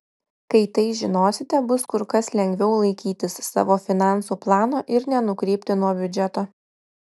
kai tai žinosite bus kur kas lengviau laikytis savo finansų plano ir nenukrypti nuo biudžeto